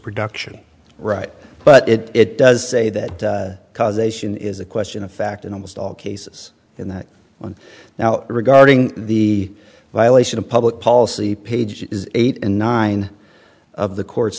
production right but it does say that causation is a question of fact in almost all cases in that one now regarding the violation of public policy page eight and nine of the court's